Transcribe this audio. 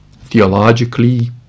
theologically